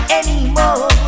anymore